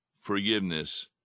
forgiveness